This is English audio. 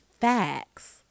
facts